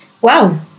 wow